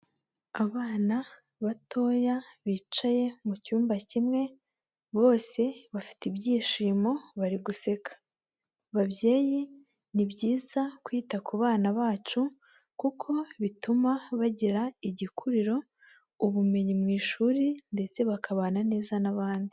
Abana batoya bicaye mu cyumba kimwe, bose bafite ibyishimo, bari guseka. Babyeyi, ni byiza kwita ku bana bacu kuko bituma bagira igikuriro, ubumenyi mu ishuri ndetse bakabana neza n'abandi.